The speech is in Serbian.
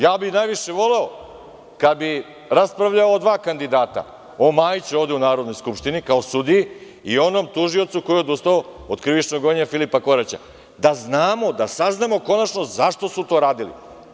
Ja bih najviše voleo kad bih raspravljao o dva kandidata ovde u Narodnoj skupštini - o Majiću, kao sudiji i onom tužiocu koji je odustao od krivičnog gonjenja Filipa Koraća, da znamo, da saznamo konačno zašto su to radili.